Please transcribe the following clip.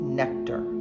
nectar